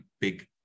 big